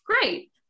great